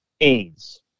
AIDS